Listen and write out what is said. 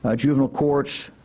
ah juvenile courts,